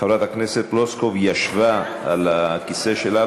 חברת הכנסת פלוסקוב ישבה על הכיסא שלה,